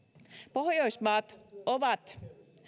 pohjoismaat ovat